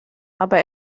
aber